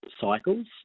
cycles